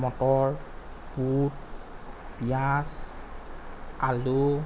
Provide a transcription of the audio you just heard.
motor বুট পিঁয়াজ আলু